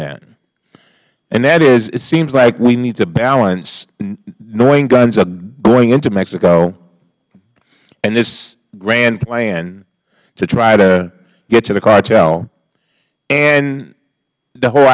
that and that is it seems like we need to balance knowing guns are going into mexico and this grand plan to try to get to the cartel and the whole